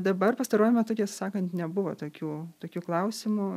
dabar pastaruoju metu tiesą sakant nebuvo tokių tokių klausimų